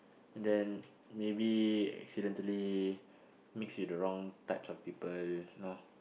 and then maybe accidentally mix with the wrong types of people you know